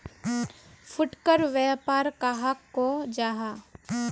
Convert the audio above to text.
फुटकर व्यापार कहाक को जाहा?